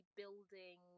building